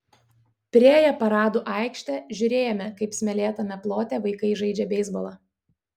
priėję paradų aikštę žiūrėjome kaip smėlėtame plote vaikai žaidžia beisbolą